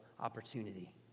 opportunity